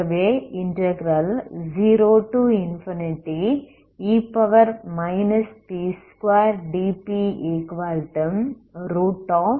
ஆகவே 0e p2dp2